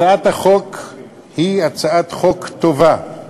הצעת החוק היא הצעת חוק טובה,